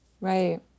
Right